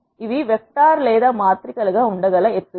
ఇవి వెక్టర్ లేదా మాత్రికలు గా ఉండ గల ఎత్తులు